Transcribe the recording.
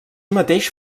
mateix